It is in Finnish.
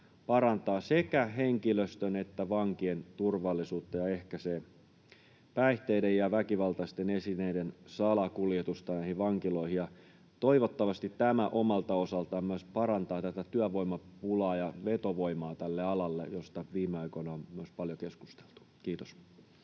parantaa sekä henkilöstön että vankien turvallisuutta ja ehkäisee päihteiden ja väkivaltaisten esineiden salakuljetusta vankiloihin. Toivottavasti tämä omalta osaltaan myös parantaa tätä työvoimapulaa ja vetovoimaa tälle alalle, joista viime aikoina on paljon keskusteltu. — Kiitos.